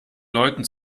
leuten